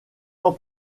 ans